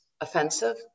offensive